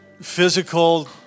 physical